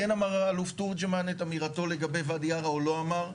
כן אמר האלוף תורג'מן את אמירתו לגבי ואדי ערה או לא אמר,